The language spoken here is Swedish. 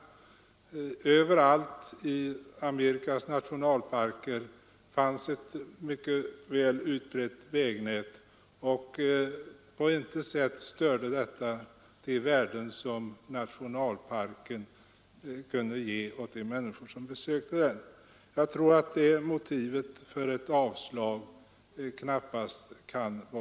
Vi fann därvid att överallt i Amerikas nationalparker finns ett mycket väl utbyggt vägnät som på intet sätt störde de värden som nationalparkerna gav åt de människor som besökte dessa. Jag tror inte att det motivet kan vara giltigt att åberopa för avslag.